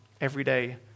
everyday